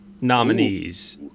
nominees